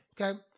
Okay